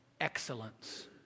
excellence